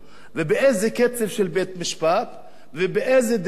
באיזה קצב של בית-משפט ובאיזו דרך,